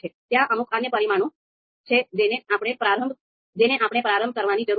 ત્યાં અમુક અન્ય પરિમાણો છે જેને આપણે પ્રારંભ કરવાની જરૂર છે